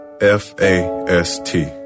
F-A-S-T